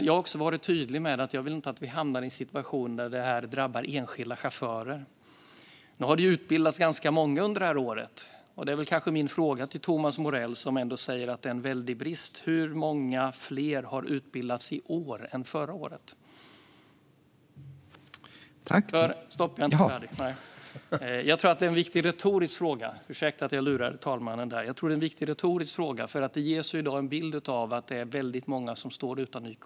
Jag har också varit tydlig med att jag inte vill att vi hamnar i en situation där detta drabbar enskilda chaufförer. Det har utbildats ganska många under detta år, så min fråga till Thomas Morell som säger att bristen är svår är: Hur många fler har utbildats i år än förra året? Jag tror att det är en viktig fråga, för i dag ges det en bild av att det är väldigt många som står utan YKB.